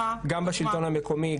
גם בשלטון המקומי,